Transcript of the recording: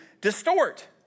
distort